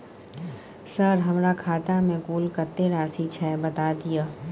Sir हमरा खाता में कुल कत्ते राशि छै बता दिय?